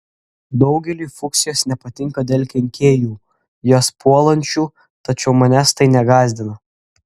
daugeliui fuksijos nepatinka dėl kenkėjų jas puolančių tačiau manęs tai negąsdina